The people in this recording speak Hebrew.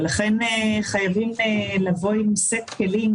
לכן חייבים לבוא עם סט כלים